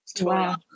Wow